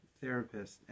therapist